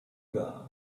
god